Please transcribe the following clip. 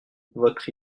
votre